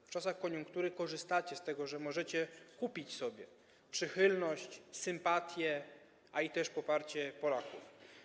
W czasach koniunktury korzystacie z tego, że możecie kupić sobie przychylność, sympatię i poparcie Polaków.